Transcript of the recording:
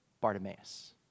Bartimaeus